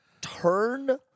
turn